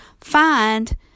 find